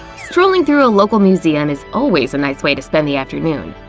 strolling through a local museum is always a nice way to spend the afternoon.